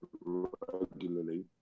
regularly